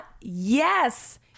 yes